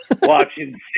watching